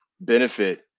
benefit